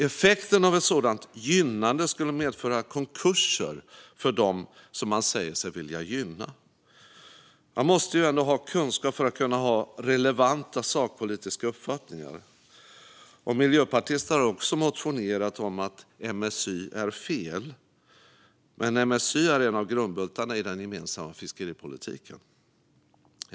Effekten av ett sådant så kallat gynnande skulle medföra konkurser för dem man säger sig vilja gynna. Man måste ändå ha kunskap för att kunna ha relevanta sakpolitiska uppfattningar. Miljöpartister har också motionerat om att MSY är fel, men MSY är en av grundbultarna i den gemensamma fiskeripolitiken.